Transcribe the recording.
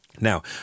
Now